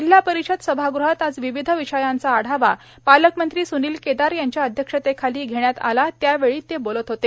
जिल्हा परिषद सभागृहात आज विविध विषयाचा आढावा पालकमंत्री स्नील केदार यांच्या अध्यक्षतेखाली घेण्यात आला त्यावेळी ते बोलत होते